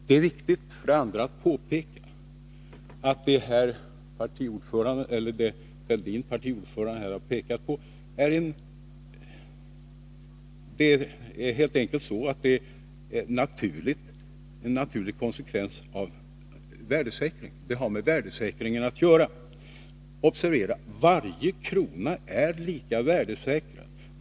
För det andra är det viktigt att påpeka att det som partiordförande Fälldin här har pekat på helt enkelt är en naturlig konsekvens av värdesäkringen. Det har med värdesäkringen att göra. Observera! Varje krona är lika värdesäkrad.